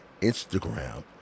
instagram